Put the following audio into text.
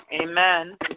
Amen